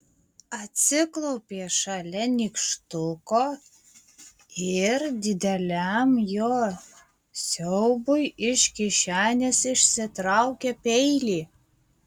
atsiklaupė šalia nykštuko ir dideliam jo siaubui iš kišenės išsitraukė peilį